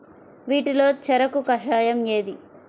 వీటిలో చెరకు కషాయం ఏది?